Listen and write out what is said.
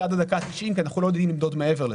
זה עד הדקה ה-90 כי אנחנו לא יודעים למדוד מעבר לזה.